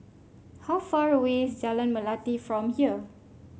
how far away is Jalan Melati from here